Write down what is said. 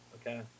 Okay